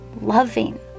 loving